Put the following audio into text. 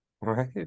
Right